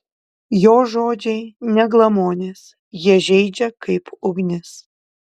jo žodžiai ne glamonės jie žeidžia kaip ugnis